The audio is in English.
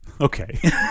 Okay